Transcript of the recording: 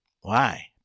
Why